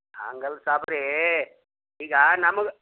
ಹಾಂಗಲ್ಲ ಸಾಬರೇ ಈಗ ನಮಗೆ